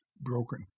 broken